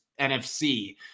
NFC